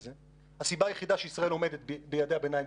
הסיבה היחידה שישראל עומדת ביעדי הביניים